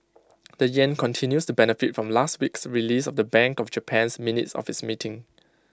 the Yen continues to benefit from last week's release of the bank of Japan's minutes of its meeting